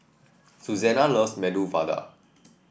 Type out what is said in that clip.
Susannah loves Medu Vada